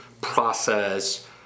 process